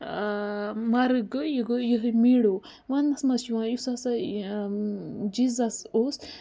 مَرٕگ گوٚو یہِ گوٚو یِہوٚے میٖڈو ونٛنَس منٛز چھُ یِوان یُس ہسا جیسَز اوس